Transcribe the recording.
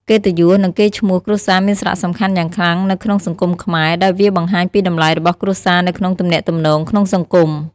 កិត្តិយស និងកេរ្តិ៍ឈ្មោះគ្រួសារមានសារៈសំខាន់យ៉ាងខ្លាំងនៅក្នុងសង្គមខ្មែរ ដោយវាបង្ហាញពីតម្លៃរបស់គ្រួសារនៅក្នុងទំនាក់ទំនងក្នុងសង្គម។